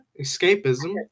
escapism